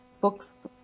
Books